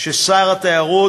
ששר התיירות,